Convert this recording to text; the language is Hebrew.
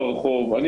תודה על הדברים.